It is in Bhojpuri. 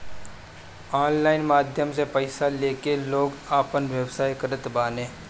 ऑनलाइन माध्यम से पईसा लेके लोग आपन व्यवसाय करत बाने